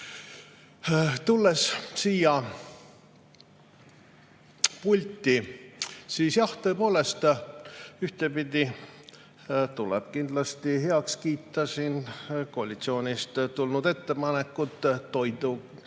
Tulles siia pulti, siis jah, tõepoolest, ühtpidi tuleb kindlasti heaks kiita koalitsioonilt tulnud ettepanekut toitu